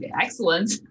excellent